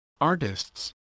artists